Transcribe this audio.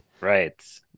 Right